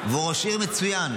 הוא ראש עיר מצוין.